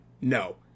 no